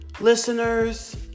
Listeners